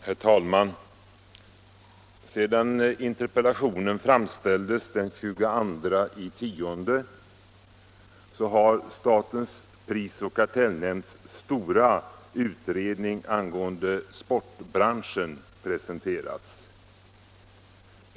Herr talman! Sedan interpellationen framställdes den 22 oktober har statens prisoch kartellnämnds stora utredning angående sportbranschen presenterats.